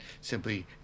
simply